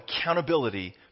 accountability